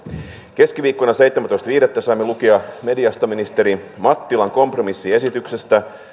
keskiviikkona seitsemästoista viidettä saimme lukea mediasta ministeri mattilan kompromissiesityksestä